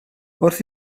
wrth